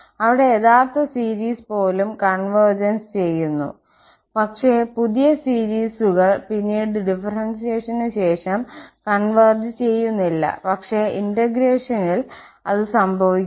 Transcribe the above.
അവിടെ യഥാർത്ഥ സീരീസ് പോലും കോൺവെർജ്സ് ചെയ്യുന്നു പക്ഷേ പുതിയ സീരീസുകൾ പിന്നീട് ഡിഫറെൻസിയേഷൻ ശേഷം കോൺവെർജ്സ് ചെയ്യുന്നില്ല പക്ഷേ ഇന്റഗ്രേഷൻ ൽ അത് സംഭവിക്കുന്നു